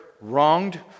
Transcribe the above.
wronged